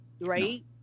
right